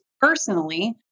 personally